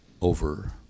over